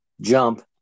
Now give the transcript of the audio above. jump